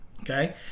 okay